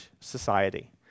society